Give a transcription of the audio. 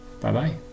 Bye-bye